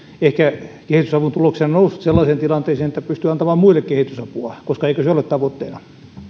ehkä kehitysavun tuloksena nousseet sellaiseen tilanteeseen että pystyvät antamaan muille kehitysapua eikö se ole tavoitteena